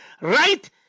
right